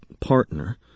partner